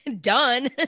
Done